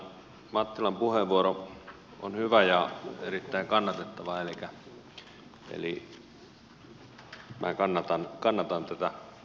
tämä mattilan puheenvuoro on hyvä ja erittäin kannatettava eli minä kannatan tätä esitystä